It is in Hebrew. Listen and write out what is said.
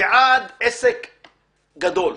ועד עסק גדול.